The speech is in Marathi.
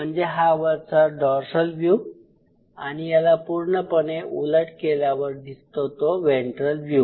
म्हणजे हा वरचा डॉर्सल व्यू आणि याला पूर्णपणे उलट केल्यावर दिसतो तो वेन्ट्रल व्यू